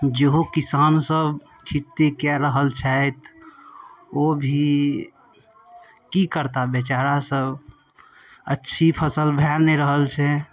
जेहो किसानसब खेती कऽ रहल छथि ओ भी कि करताह बेचारा सब अच्छी फसल भऽ नहि रहल छै